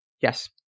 Yes